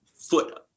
foot